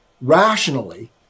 rationally